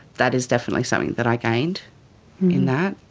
that is definitely something that i gained in that.